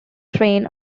train